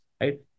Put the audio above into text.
right